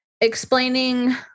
explaining